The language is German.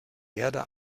erde